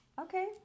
Okay